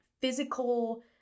physical